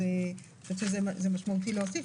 אז יכול להיות שזה משמעותי להוסיף.